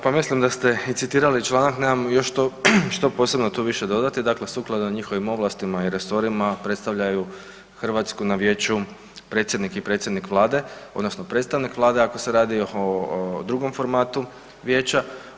Pa mislim da ste i citirali članak nemam još što posebno tu više dodati, dakle sukladno njihovim ovlastima i resorima predstavljaju Hrvatsku na Vijeću predsjednik i predsjednik Vlade odnosno predstavnik Vlade ako se radi o drugom formatu Vijeća.